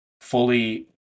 fully